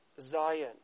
Zion